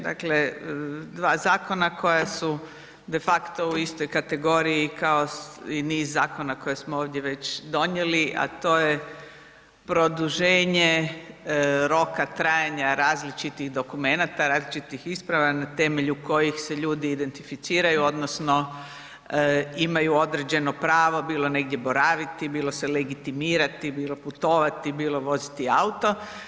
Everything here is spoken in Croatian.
Dakle, dva zakona koja su de facto u istoj kategoriji kao i niz zakona koje smo ovdje već donijeli, a to je produženje roka trajanja različitih dokumenata, različitih isprava na temelju kojih se ljudi identificiraju odnosno imaju određeno pravo, bilo negdje boraviti, bilo se legitimirati, bilo putovati, bilo voziti auto.